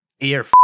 ear